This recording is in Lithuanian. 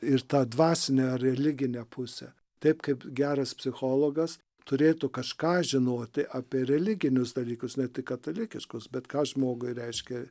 ir tą dvasinę ar religinę pusę taip kaip geras psichologas turėtų kažką žinoti apie religinius dalykus ne tik katalikiškus bet ką žmogui reiškia